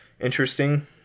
interesting